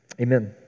Amen